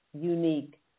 unique